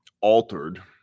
altered